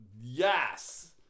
yes